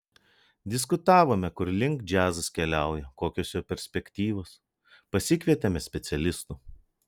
diskutavome kur link džiazas keliauja kokios jo perspektyvos pasikvietėme specialistų